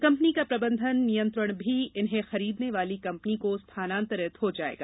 company का प्रबंधन नियंत्रण भी इन्हें खरीदने वाली कंपनी को स्थानांतरित हो जाएगा